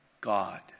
God